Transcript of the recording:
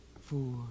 four